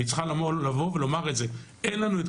והיא צריכה לבוא ולומר את זה: אין לנו את